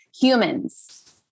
humans